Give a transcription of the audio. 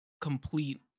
complete